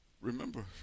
Remember